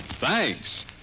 Thanks